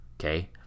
okay